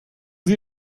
sie